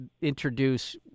introduce